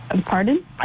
Pardon